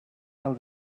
els